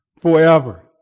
forever